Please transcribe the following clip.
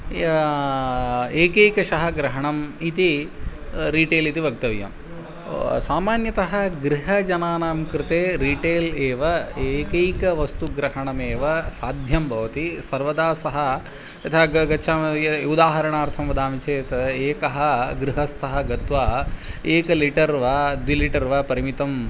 या एकैकशः ग्रहणम् इति रिटेल् इति वक्तव्यं सामान्यतः गृहजनानां कृते रिटेल् एव एकैकवस्तुग्रहणमेव साध्यं भवति सर्वदा सः यथा ग गच्छामः या उदाहरणार्थं वदामि चेत् एकः गृहस्थः गत्वा एकं लिटर् वा द्वे लिटर् वा परिमितं